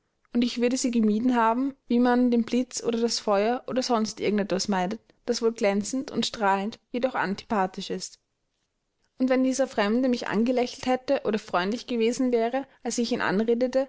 und ich würde sie gemieden haben wie man den blitz oder das feuer oder sonst irgend etwas meidet das wohl glänzend und strahlend jedoch antipathisch ist und wenn dieser fremde mich angelächelt hätte oder freundlich gewesen wäre als ich ihn anredete